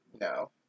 No